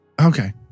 Okay